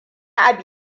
abu